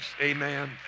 Amen